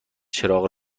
چراغ